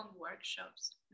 workshops